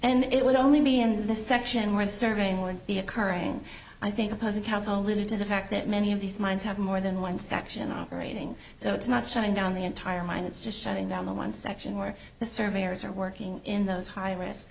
and it would only be in the section where the surveying would be occurring i think opposing counsel ltd the fact that many of these mines have more than one section operating so it's not shutting down the entire mine it's just shutting down the one section where the surveyors are working in those high risk